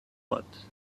lot